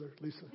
Lisa